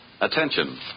Attention